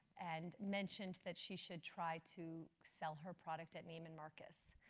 and mentioned that she should try to sell her product at neiman marcus.